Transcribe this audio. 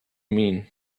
mean